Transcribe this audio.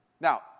Now